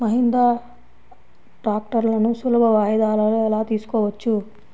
మహీంద్రా ట్రాక్టర్లను సులభ వాయిదాలలో ఎలా తీసుకోవచ్చు?